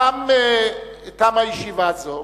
תמה ישיבה זו,